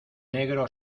negro